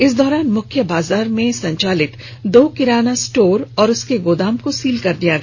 इस दौरान मुख्य बाजार में संचालित दो किराना स्टोर और उसके गोदाम को सील कर दिया गया